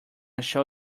show